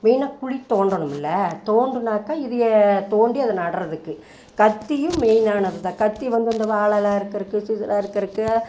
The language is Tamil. மெயினாக குழி தோண்டணுமில்லை தோண்டுனாக்க இது ஏ தோண்டி அதை நடுறதுக்கு கத்தியும் மெயினானது இந்த கத்தி வந்து இந்த வாழை இலை அறுக்குறதுக்கு அறுக்குறதுக்கு